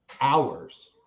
hours